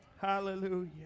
Hallelujah